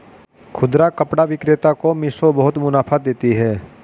खुदरा कपड़ा विक्रेता को मिशो बहुत मुनाफा देती है